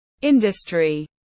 industry